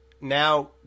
now